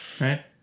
right